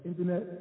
internet